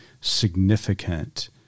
significant